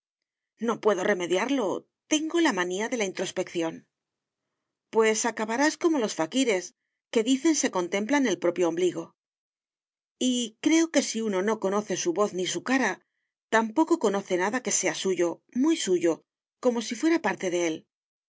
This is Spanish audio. no puedo remediarlo tengo la manía de la introspección pues acabarás como los faquires que dicen se contemplan el propio ombligo y creo que si uno no conoce su voz ni su cara tampoco conoce nada que sea suyo muy suyo como si fuera parte de él